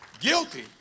Guilty